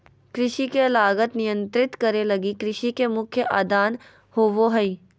कृषि के लागत नियंत्रित करे लगी कृषि के मुख्य आदान होबो हइ